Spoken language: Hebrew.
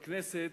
בכנסת,